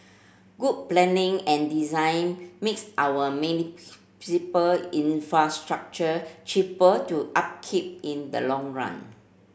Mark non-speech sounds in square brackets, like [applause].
good planning and design makes our [unintelligible] infrastructure cheaper to upkeep in the long run